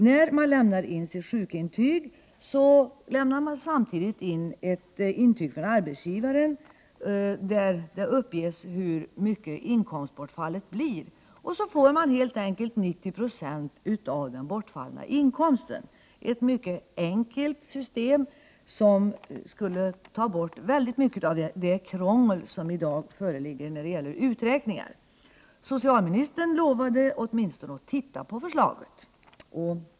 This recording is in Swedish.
När man lämnar in sitt sjukintyg lämnar man samtidigt in ett intyg från arbetsgivaren där det uppges hur stort inkomstbortfallet blir, och så får man helt enkelt 90 20 av den bortfallna inkomsten — ett mycket enkelt system som skulle ta bort mycket av det krångel som i dag föreligger när det gäller uträkningar. Socialministern lovade att åtminstone titta på förslaget.